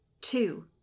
two